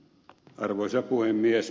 arvoisa puhemies